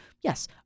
yes